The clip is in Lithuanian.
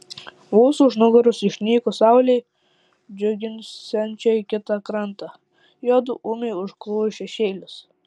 vos už nugaros išnykus saulei džiuginsiančiai kitą krantą juodu ūmiai užklojo šešėlis